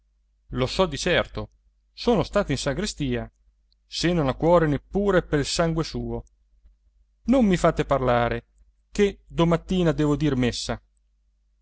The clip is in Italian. lo so di certo sono stato in sagrestia se non ha cuore neppure pel sangue suo non mi fate parlare chè domattina devo dir messa